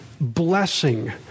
blessing